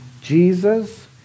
Jesus